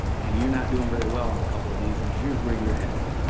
and you're not doin' very well on a couple of these, and here's where you're headed.